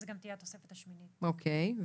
יש לנו את האופציה להרחיב את זה לארגונים חדשים שיהיו